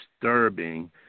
disturbing